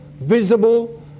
visible